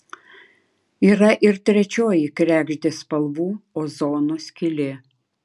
yra ir trečioji kregždės spalvų ozono skylė